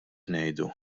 ngħidu